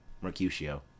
Mercutio